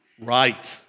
right